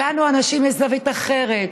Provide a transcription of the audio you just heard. כי לנו הנשים יש זווית אחרת,